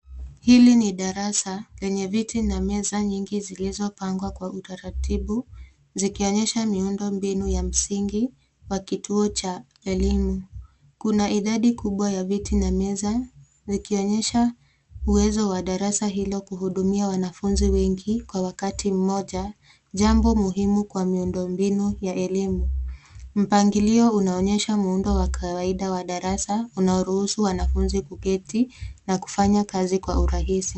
Hili ni darasa lenye viti na meza nyingi zilizopangwa kwa utaratibu, zikionyesha miundombinu ya msingi wa kituo cha elimu. Kuna idadi kubwa ya viti na meza, zikionyesha uwezo wa darasa hilo kuhudumia wanafunzi wengi kwa wakati mmoja jambo muhimu kwa miundombinu ya elimu. Mpangilio unaonyesha muundo wa kawaida wa darasa unaoruhusu wanafunzi kuketi na kufanya kazi kwa urahisi.